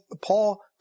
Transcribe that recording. Paul